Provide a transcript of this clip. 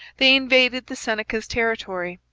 they invaded the senecas' territory.